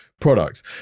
products